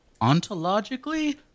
ontologically